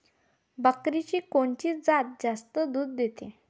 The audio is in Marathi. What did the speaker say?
बकरीची कोनची जात जास्त दूध देते?